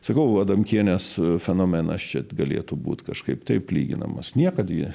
sakau adamkienės fenomenas čia galėtų būti kažkaip taip lyginamas niekad ji